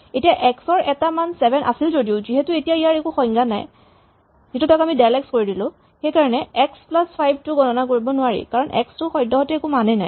এতিয়া এক্স ৰ এটা মান ৭ আছিল যদিও যিহেতু ই এতিয়া ইয়াৰ সংজ্ঞা নাই সেইকাৰণে এক্স প্লাচ ৫ টো গণনা কৰিব নোৱাৰি কাৰণ এক্স ৰ সদ্যহতে একো মান নাই